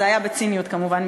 זה היה בציניות כמובן,